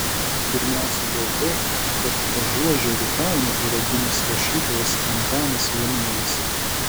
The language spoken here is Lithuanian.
pirmiausiai dėl to kad ažuožerių kaime yra gimęs rašytojas antanas vienuolis